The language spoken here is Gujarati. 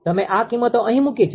તમે આ કિંમતો અહીં મુકી છે